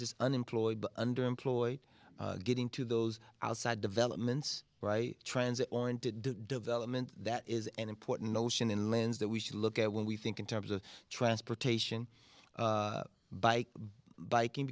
just unemployed underemployed getting to those outside developments right transit oriented development that is an important notion in lands that we should look at when we think in terms of transportation bike biking